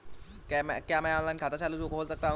क्या मैं ऑनलाइन चालू खाता खोल सकता हूँ?